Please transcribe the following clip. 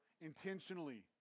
intentionally